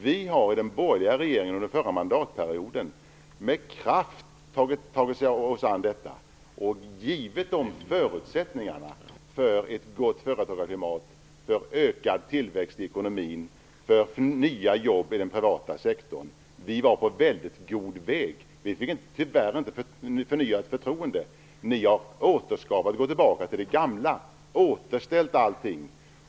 Vi i den borgerliga regeringen under förra mandatperioden tog med kraft oss an detta och gav förutsättningar för ett gott företagarklimat, för en ökad tillväxt i ekonomin och för nya jobb inom den privata sektorn. Vi var på väldigt god väg. Tyvärr fick vi inte förnyat förtroende. Men ni har gått tillbaka till det gamla och återställt allting.